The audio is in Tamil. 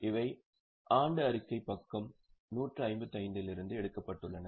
இவை ஆண்டு அறிக்கை பக்கம் 155 இலிருந்து எடுக்கப்பட்டுள்ளன